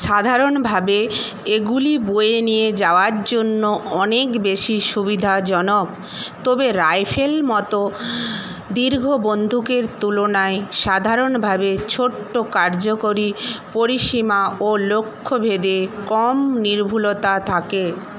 সাধারণভাবে এগুলি বয়ে নিয়ে যাওয়ার জন্য অনেক বেশি সুবিধাজনক তবে রাইফেল মতো দীর্ঘ বন্দুকের তুলনায় সাধারণভাবে ছোট্ট কার্যকরী পরিসীমা ও লক্ষ্যভেদে কম নির্ভুলতা থাকে